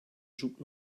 zoekt